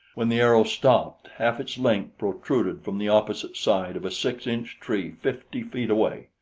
when the arrow stopped, half its length protruded from the opposite side of a six-inch tree fifty feet away.